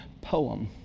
poem